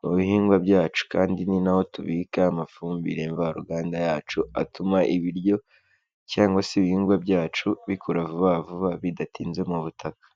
mu bihingwa byacu, kandi ninaho tubika amafumbire mvaruganda yacu atuma ibiryo cyangwa se ibihingwa byacu bikura vuba vuba bidatinze mu butaka.